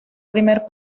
primer